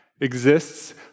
exists